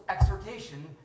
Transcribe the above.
exhortation